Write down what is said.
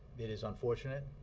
it is unfortunate.